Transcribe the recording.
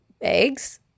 eggs